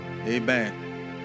Amen